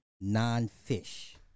non-fish